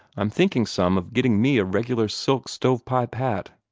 i'm thinking some of getting me a regular silk stove-pipe hat.